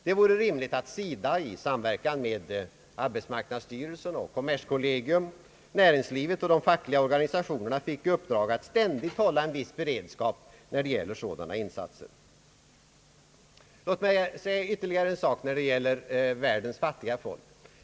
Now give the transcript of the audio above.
Det vore rimligt att SIDA i samverkan med arbetsmarknadsstyrelsen, kommerskollegium, näringslivet och de fackliga organisationerna fick i uppdrag att ständigt hålla viss beredskap när det gäller sådana insatser. Låt mig säga ytterligare en sak när det gäller världens fattiga folk.